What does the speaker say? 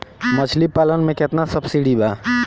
मछली पालन मे केतना सबसिडी बा?